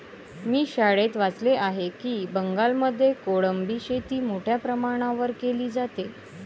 मी शाळेत वाचले आहे की बंगालमध्ये कोळंबी शेती मोठ्या प्रमाणावर केली जाते